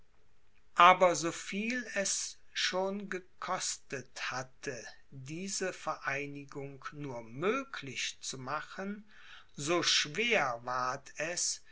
aber so viel es schon gekostet hatte diese vereinigung nur möglich zu machen so schwer ward es